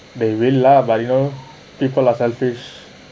they will lah but you know people are selfish